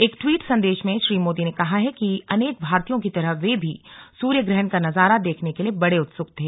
एक ट्वीट संदेश में श्री मोदी ने कहा है कि अनेक भारतीयों की तरह वे भी सूर्य ग्रहण का नजारा देखने के लिए बड़े उत्सुक थे